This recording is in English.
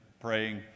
praying